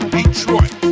Detroit